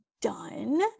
done